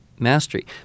mastery